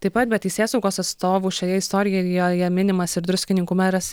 taip pat be teisėsaugos atstovų šioje istorijoje minimas ir druskininkų meras